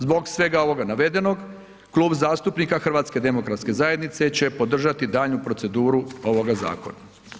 Zbog svega ovoga navedenoga Klub zastupnika HDZ-a će podržati daljnju proceduru ovoga zakona.